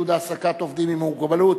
עידוד העסקת עובדים עם מוגבלות),